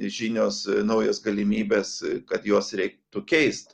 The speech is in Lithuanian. žinios naujos galimybės kad juos reiktų keist